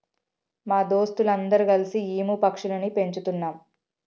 మా దోస్తులు అందరు కల్సి ఈము పక్షులని పెంచుతున్నాం